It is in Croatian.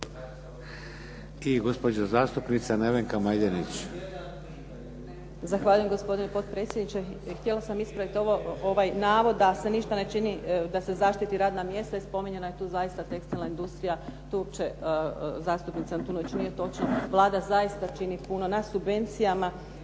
I gospođa zastupnica Nevenka Majdenić.